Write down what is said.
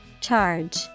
Charge